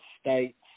state's